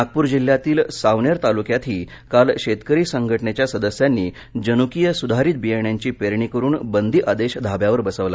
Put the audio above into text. नागपूर जिल्ह्यातील सावनेर तालुक्यातही काल शेतकरी संघटनेच्या सदस्यांनी जनुकीय सुधारित बियाण्यांची पेरणी करून बंदी आदेश धाब्यावर बसवला